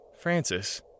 Francis